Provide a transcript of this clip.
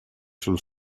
sul